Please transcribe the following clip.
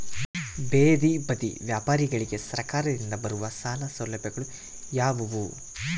ಬೇದಿ ಬದಿ ವ್ಯಾಪಾರಗಳಿಗೆ ಸರಕಾರದಿಂದ ಬರುವ ಸಾಲ ಸೌಲಭ್ಯಗಳು ಯಾವುವು?